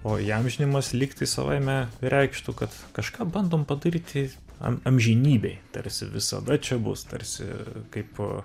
o įamžinimas lyg tai savaime reikštų kad kažką bandom padaryti amžinybėj tarsi visada čia bus tarsi kaip